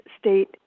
State